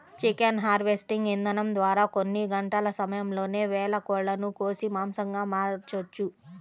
chicken harvesting ఇదానం ద్వారా కొన్ని గంటల సమయంలోనే వేల కోళ్ళను కోసి మాంసంగా మార్చొచ్చు